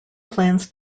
plans